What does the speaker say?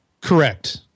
Correct